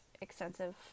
extensive